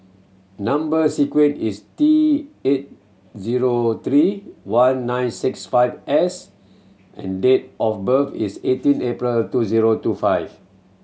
number sequence is T eight zero three one nine six five S and date of birth is eighteen April two zero two five